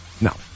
No